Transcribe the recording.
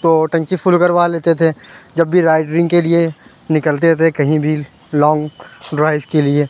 تو ٹنکی فل کروا لیتے تھے جب بھی رائڈرنگ کے لیے نکلتے تھے کہیں بھی لانگ ڈرائیو کے لیے